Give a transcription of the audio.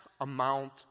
amount